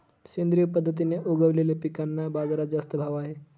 सेंद्रिय पद्धतीने उगवलेल्या पिकांना बाजारात जास्त भाव आहे